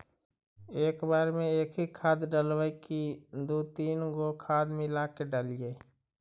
एक बार मे एकही खाद डालबय की दू तीन गो खाद मिला के डालीय?